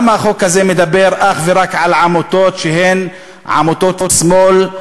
אז למה החוק הזה מדבר אך ורק על עמותות שהן עמותות שמאל,